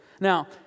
Now